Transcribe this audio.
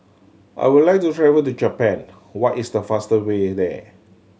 I would like to travel to Japan what is the fast way there